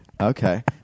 Okay